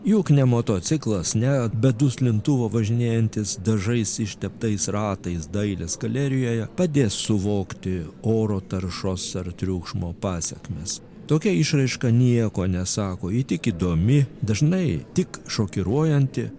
juk ne motociklas ne be duslintuvo važinėjantis dažais išteptais ratais dailės galerijoje padės suvokti oro taršos ar triukšmo pasekmes tokia išraiška nieko nesako ji tik įdomi dažnai tik šokiruojanti